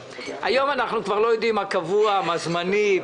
היום אנחנו כבר לא יודעים מה קבוע ומה זמני.